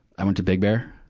i went to big bear.